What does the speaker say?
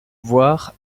voir